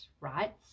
right